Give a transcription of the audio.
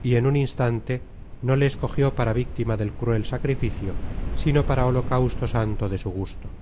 y en un instante no le escogió para víctima del cruel sacrificio sino para holocausto santo de su gusto